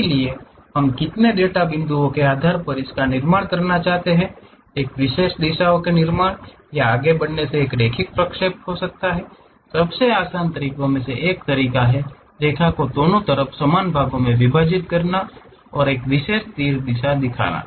इसलिए हम कितने डेटा बिंदुओं के आधार पर निर्माण करना चाहते हैं एक विशेष दिशाओं के निर्माण या आगे बढ़ने से एक रैखिक प्रक्षेप हो सकता है सबसे आसान तरीकों में से एक है इस रेखा को दोनों तरफ समान भागों में विभाजित करना और एक विशेष तीर दिशा दिखाना